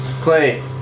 Clay